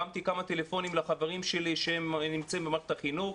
הרמתי כמה טלפונים לחברים שלי שהם נמצאים במערכת החינוך.